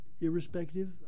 Irrespective